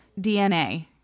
DNA